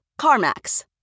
CarMax